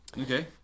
Okay